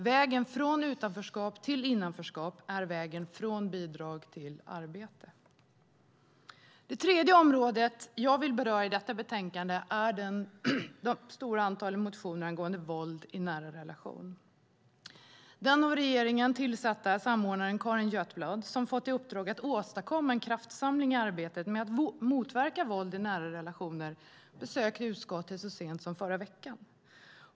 Vägen från utanförskap till innanförskap är vägen från bidrag till arbete. Det tredje som jag vill beröra i detta betänkande är det stora antalet motioner angående våld i nära relation. Den av regeringen tillsatta samordnaren Carin Götblad, som fått i uppdrag att åstadkomma en kraftsamling i arbetet med att motverka våld i nära relationer, besökte utskottet så sent som förra veckan.